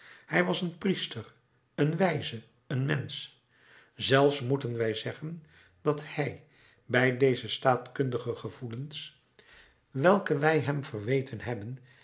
hij was een priester een wijze een mensch zelfs moeten wij zeggen dat hij bij deze staatkundige gevoelens welke wij hem verweten hebben